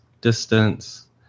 distance